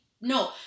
no